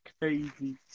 Crazy